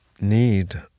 need